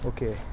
Okay